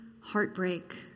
heartbreak